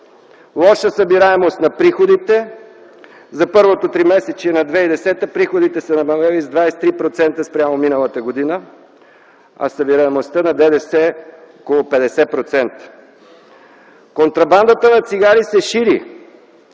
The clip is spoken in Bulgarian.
Лоша събираемост на приходите. За първото тримесечие на 2010 г. приходите са намалели с 23% спрямо миналата година, а събираемостта на ДДС – с около 50%. Контрабандата на цигари се шири.